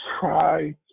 try